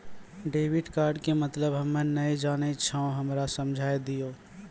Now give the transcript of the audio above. Debit card के मतलब हम्मे नैय जानै छौ हमरा समझाय दियौ?